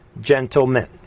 gentlemen